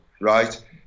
right